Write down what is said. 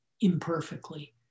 imperfectly